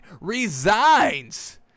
resigns